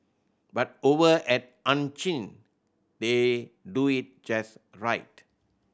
but over at Ann Chin they do it just right